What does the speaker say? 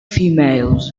females